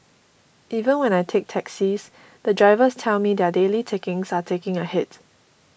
even when I take taxis the drivers tell me their daily takings are taking a hit